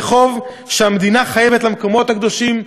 זה חוב שהמדינה חייבת למקומות הקדושים,